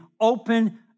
open